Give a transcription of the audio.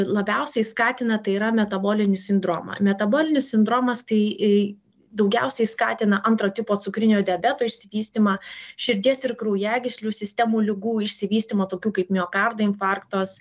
labiausiai skatina tai yra metabolinį sindromą metabolinis sindromas tai daugiausiai skatina antro tipo cukrinio diabeto išsivystymą širdies ir kraujagyslių sistemų ligų išsivystymą tokių kaip miokardo infarktas